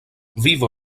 vivo